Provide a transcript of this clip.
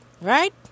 Right